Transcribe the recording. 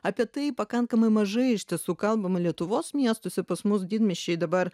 apie tai pakankamai mažai iš tiesų kalbama lietuvos miestuose pas mus didmiesčiai dabar